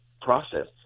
process